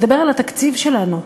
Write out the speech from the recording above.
מדבר על התקציב שלנו,